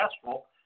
successful—